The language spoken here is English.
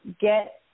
get